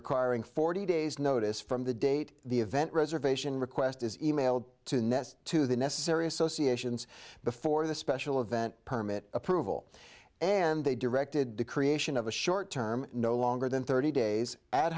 requiring forty days notice from the date the event reservation request is emailed to nest to the necessary associations before the special event permit approval and they directed the creation of a short term no longer than thirty days a